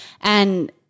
and-